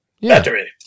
battery